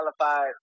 qualified